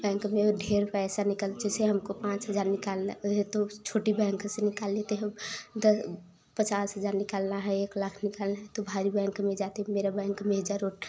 bank में ढेर पैसा निकल जैसे हमको पाँच हजार निकालना रहे तो छोटी बैंक से निकाल लेते हम पचास हजार निकालना है एक लाख निकालना है तो भारी बैंक में जाते मेरा बैंक मेजा रोड